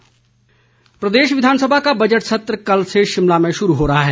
budget सत्र प्रदेश विधानसभा का बजट सत्र कल से शिमला में शुरू हो रहा है